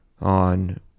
on